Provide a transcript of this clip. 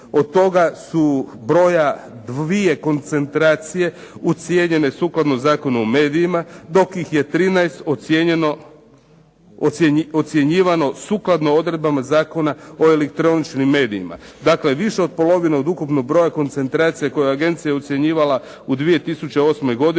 Od toga su broja dvije koncentracije ocijenjene sukladno Zakonu o medijima dok ih je 13 ocjenjivano sukladno odredbama Zakona o elektroničkim medijima. Dakle, više od polovine od ukupnog broja koncentracije koje je agencija ocjenjivala u 2008. godini